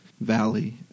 valley